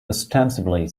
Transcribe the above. ostensibly